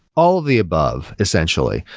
all the above, essentially.